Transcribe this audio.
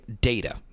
data